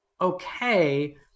okay